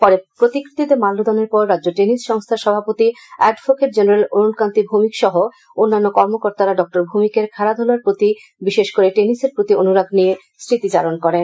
পরে প্রতিকৃতিতে মাল্যদানের পর রাজ্য টেনিস সংস্থার সভাপতি এডভোকেট জেনারেল অরুণকান্তি ভৌমিক সহ অন্যান্য কর্মকর্তারা ডঃ ভৌমিকের খেলাধূলার প্রতি বিশেষ করে টেনিসের প্রতি অনুরাগ নিয়ে স্মৃতিচারণ করেন